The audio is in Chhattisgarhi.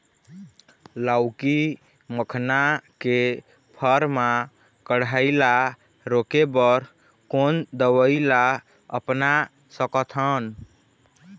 लाउकी मखना के फर मा कढ़ाई ला रोके बर कोन दवई ला अपना सकथन?